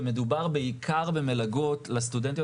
ומדובר בעיקר במלגות לסטודנטיות